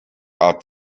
art